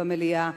במליאה,